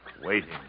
Waiting